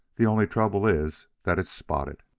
the only trouble is that it's spotted.